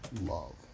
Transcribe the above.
Love